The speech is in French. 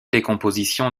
décomposition